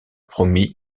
promit